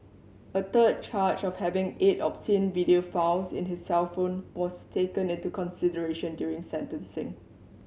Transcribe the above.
a third charge of having eight obscene video files in his cellphone was taken into consideration during sentencing